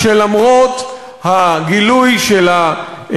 מה מצב החסה בשטחים?